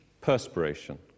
perspiration